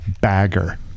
Bagger